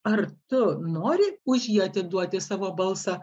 ar tu nori už jį atiduoti savo balsą